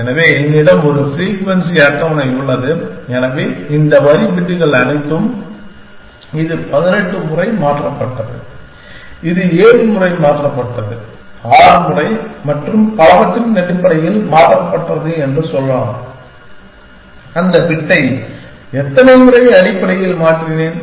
எனவே என்னிடம் ஒரு ஃப்ரீக்வென்சி அட்டவணை உள்ளது எனவே இந்த வரி பிட்கள் அனைத்தும் இது 18 முறை மாற்றப்பட்டது இது 7 முறை மாற்றப்பட்டது 6 முறை மற்றும் பலவற்றின் அடிப்படையில் மாற்றப்பட்டது சொல்லலாம் அந்த பிட்டை எத்தனை முறை அடிப்படையில் மாற்றினேன்